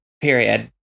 period